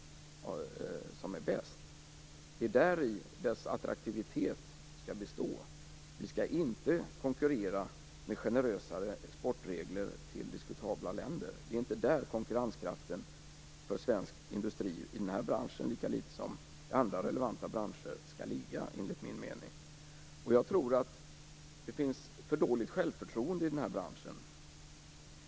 Det är däri dess attraktivitet skall bestå. Vi skall inte konkurrera med generösare exportregler till diskutabla länder. Det är inte där konkurrenskraften för svensk industri i denna bransch lika litet som i andra relevanta branscher skall ligga, enligt min mening. Jag tror att det finns för dåligt självförtroende i denna bransch.